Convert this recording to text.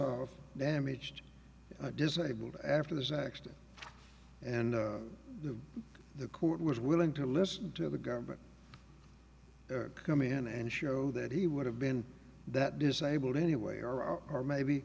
off damaged disabled after this accident and the court was willing to listen to the government come in and show that he would have been that disabled anyway or or maybe